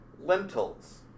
lentils